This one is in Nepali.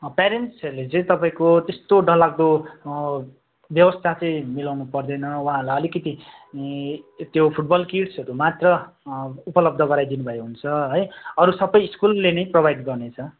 प्यारेन्ट्सहरूले चाहिँ तपाईँको त्यस्तो डरलाग्दो व्यवस्था चाहिँ मिलाउनु पर्दैन वहाँहरूलाई अलिकति त्यो फुटबल किट्सहरू मात्र उपलब्ध गराइदिनुभए हुन्छ अरू सबै स्कुलले नै प्रोभाइड गर्नेछ